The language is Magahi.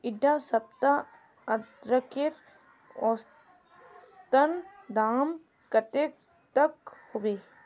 इडा सप्ताह अदरकेर औसतन दाम कतेक तक होबे?